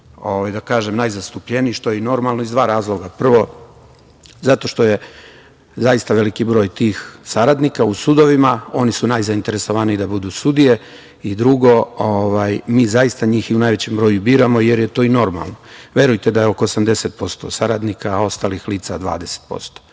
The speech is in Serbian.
koji jesu najzastupljeniji, što je i normalno, iz dva razloga. Prvo, zato što je zaista veliki broj tih saradnika u sudovima, oni su najzainteresovaniji da budu sudije. Drugo, mi zaista njih u najvećem broju i biramo, jer je to i normalno. Verujte da je oko 80% saradnika, a ostalih lica 20%.Što